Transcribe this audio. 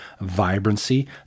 vibrancy